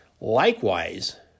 Likewise